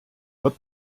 wird